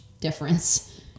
difference